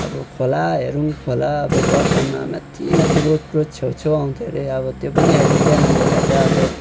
अब खोला हेरौँ खोला अब बर्खामा माथि माथि रोडको छेउ छेउ आउँथ्यो अरे अब त्यो पनि अब ड्यामले गर्दा अब